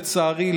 לצערי,